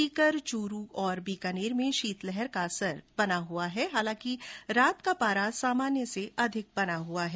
सीकर चूरू और बीकानेर में शीतलहर का असर बना हुआ है हालांकि रात का पारा सामान्य से अधिक बना हुआ है